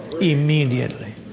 immediately